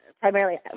primarily